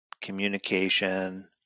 communication